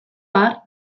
har